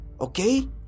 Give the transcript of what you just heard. okay